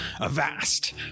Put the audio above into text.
Avast